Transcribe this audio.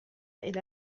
إلى